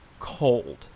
cold